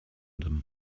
them